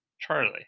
Charlie